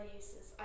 uses